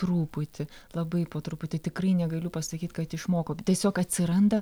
truputį labai po truputį tikrai negaliu pasakyt kad išmoko tiesiog atsiranda